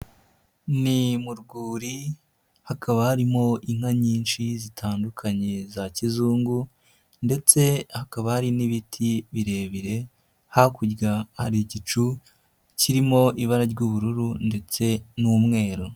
Ni mu rwuri hakaba harimo inka nyinshi zitandukanye za kizungu ndetse hakaba hari n'ibiti birebire, hakurya hari igicu kirimo ibara ry'ubururu ndetse n'umweru.